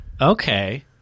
Okay